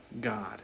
God